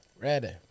Ready